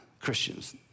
Christians